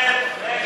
פה